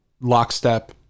lockstep